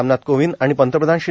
रामनाथ कोविंद आणि पंतप्रधान श्री